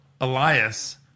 Elias